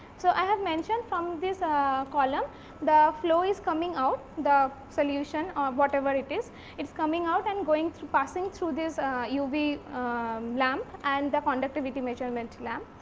so, i have mentioned from this column the flow is coming out the solution or whatever it is it is coming out and going through passing through this uv lamp and the conductivity measurement lamp